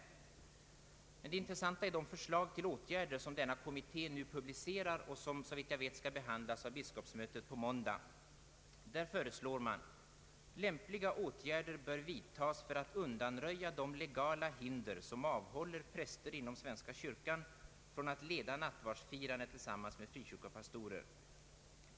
Det intressanta är de förslag till åtgärder som denna kommitté presenterat och som såvitt jag vet skall behandlas av biskopsmötet på måndag. Där föreslår man: ”Lämpliga åtgärder bör vidtagas för att undanröja de legala hinder, som avhåller präster inom Svenska kyrkan från att leda nattvardsfirande tillsammans med frikyrkopastorer.